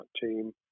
team